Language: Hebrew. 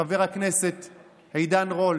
חבר הכנסת עידן רול,